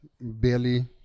barely